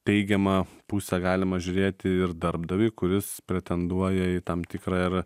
teigiama pusė galima žiūrėt ir darbdavį kuris pretenduoja į tam tikrą ir